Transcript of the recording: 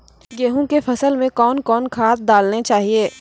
गेहूँ के फसल मे कौन कौन खाद डालने चाहिए?